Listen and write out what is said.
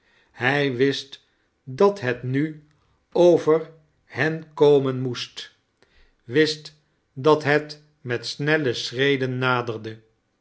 hij wist dat het nu over hen komen moest charles dickens wist dat het met snelle sohreden naderde